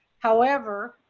however,